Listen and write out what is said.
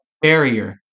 barrier